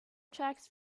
tracks